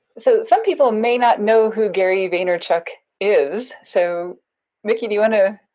so, some people may not know who gary vaynerchuk is so mickey do you want to,